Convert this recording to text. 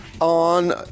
on